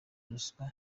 ruswa